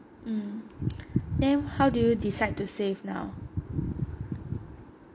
mm then how do you decide to save now